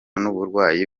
n’uburwayi